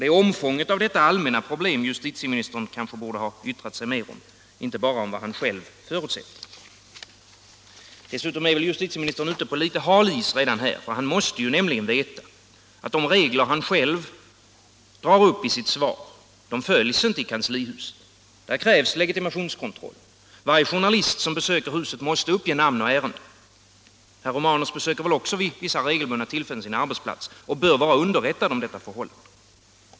Det är omfånget av detta allmänna problem justitieministern kanske borde ha yttrat sig mer om —- inte bara om vad han själv förutsätter. Dessutom är väl justitieministern ute på litet hal is redan här. Han måste nämligen veta att de regler han själv drar upp i sitt svar inte följs i kanslihuset. Där krävs legitimationskontroll. Varje journalist som besöker huset måste uppge namn och ärende. Herr Romanus besöker väl ändå vid vissa regelbundna tillfällen sin arbetsplats och bör vara underrättad om dessa förhållanden.